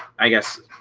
i guess